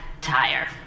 tire